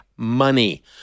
money